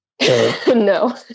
No